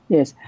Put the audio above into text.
Yes